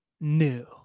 new